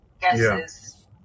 guesses